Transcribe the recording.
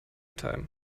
time